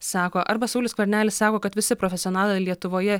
sako arba saulius skvernelis sako kad visi profesionalai lietuvoje